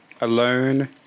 alone